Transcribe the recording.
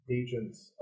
agents